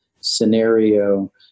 scenario